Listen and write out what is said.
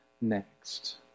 next